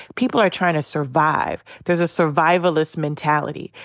people are trying to survive. there's a survivalist mentality.